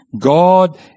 God